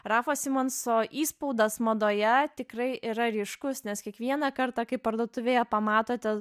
rafo simonso įspaudas madoje tikrai yra ryškus nes kiekvieną kartą kai parduotuvėje pamatote